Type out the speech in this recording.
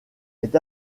est